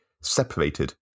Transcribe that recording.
separated